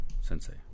sensei